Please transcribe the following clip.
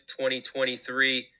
2023